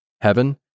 heaven